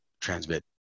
transmit